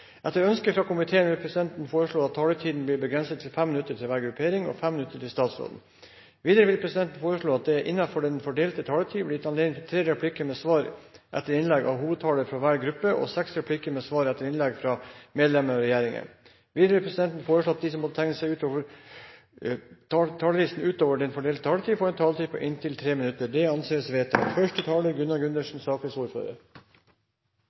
Etter ønske fra næringskomiteen vil presidenten foreslå at taletiden blir begrenset til 5 minutter til hver gruppe og 5 minutter til statsråden. Videre vil presidenten foreslå at det blir gitt anledning til tre replikker med svar etter innlegg av hovedtalerne fra hver gruppe og seks replikker med svar etter innlegg fra medlemmer av regjeringen innenfor den fordelte taletid. Videre vil presidenten foreslå at de som måtte tegne seg på talerlisten utover den fordelte taletid, får en taletid på inntil 3 minutter. – Det anses vedtatt.